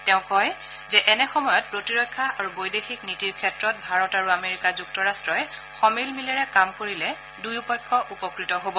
তেওঁ কয় যে এনে সময়ত প্ৰতিৰক্ষা আৰু বৈদেশিক নীতিৰ ক্ষেত্ৰত ভাৰত আৰু আমেৰিকা যুক্তৰাষ্ট্ই সমিল মিলেৰে কাম কৰিলে দুয়ো পক্ষ উপকৃত হ'ব